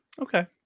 okay